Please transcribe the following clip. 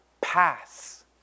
pass